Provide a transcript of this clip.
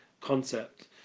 concept